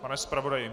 Pane zpravodaji.